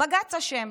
בג"ץ אשם.